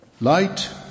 Light